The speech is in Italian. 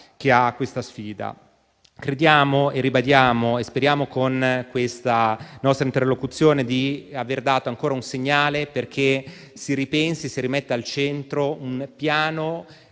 che ha questa sfida. Crediamo, ribadiamo e speriamo con questa nostra interlocuzione di aver dato un segnale perché si rimetta al centro un piano